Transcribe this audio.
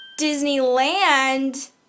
Disneyland